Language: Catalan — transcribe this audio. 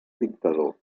dictador